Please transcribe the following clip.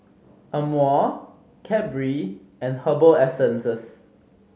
Amore Cadbury and Herbal Essences